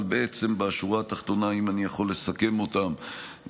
אבל בשורה התחתונה, אם אני יכול לסכם אותם,